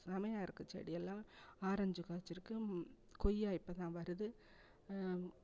செமையாக இருக்குது செடியெல்லாம் ஆரஞ்சு காய்ச்சிருக்கு கொய்யா இப்போதான் வருது